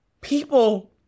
people